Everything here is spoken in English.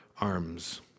arms